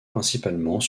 principalement